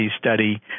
study